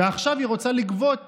ועכשיו היא רוצה לגבות